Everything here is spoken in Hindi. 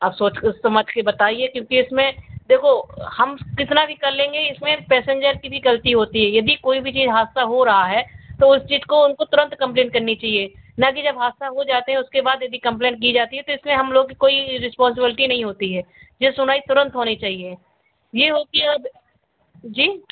अब सोच समझ के बताइए क्योंकि इसमें देखो हम कितना भी कर लेंगे इसमें पेसेन्जर की भी गलती होती है यदि कोई भी जो हादसा हो रहा है तो उस चीज को उनको तुरंत कम्प्लेन करनी चाहिए ना कि जब हादसा हो जाते हैं उसके बाद यदि कम्प्लेन की जाती है तो इसमें हम लोग की कोई रीस्पोन्सिबलटी नहीं होती है जो सुनवाई तुरंत होनी चाहिए ये होके अब जी